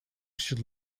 should